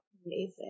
amazing